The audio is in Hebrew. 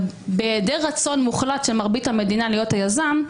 אבל בהיעדר רצון מוחלט של מרבית המדינה להיות יזם,